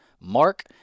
Mark